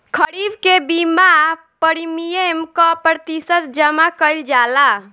खरीफ के बीमा प्रमिएम क प्रतिशत जमा कयील जाला?